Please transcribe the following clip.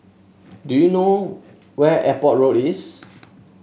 do you know where Airport Road is